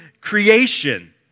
creation